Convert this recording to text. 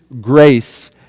grace